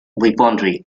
weaponry